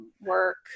work